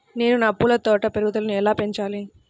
నేను నా పూల తోట పెరుగుదలను ఎలా పెంచాలి?